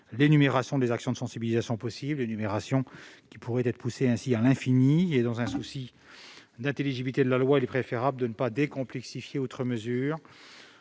l'énumération des actions de sensibilisation possibles, laquelle pourrait être poussée à l'infini. Dans un souci d'intelligibilité de la loi, il est préférable de ne pas complexifier outre mesure